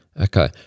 Okay